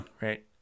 Right